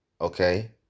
okay